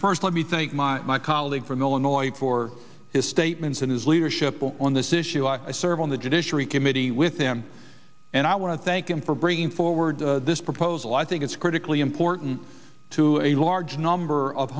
first let me think my my colleague from illinois for his statements in his leadership on this issue i serve on the judiciary committee with them and i want to thank him for bringing forward this proposal i think it's critically important to a large number of